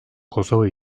kosova